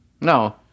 No